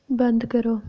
बंद करो